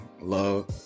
Love